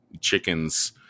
chickens